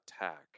attack